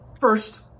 First